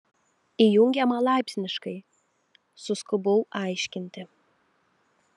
įjungiama laipsniškai suskubau aiškinti